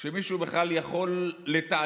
שמישהו בכלל יכול לתעדף